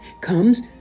comes